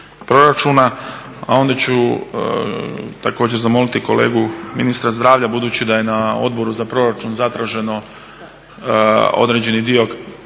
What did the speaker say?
proračuna, a onda ću također zamoliti kolegu ministra zdravlja budući da je na Odboru za proračun zatraženo određeni dio plaćanja